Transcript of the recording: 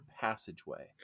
passageway